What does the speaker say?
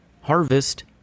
harvest